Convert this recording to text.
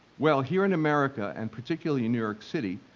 well here in america, and particularly in new york city,